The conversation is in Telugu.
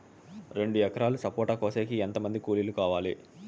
రెండు ఎకరాలు సపోట కోసేకి ఎంత మంది కూలీలు కావాలి?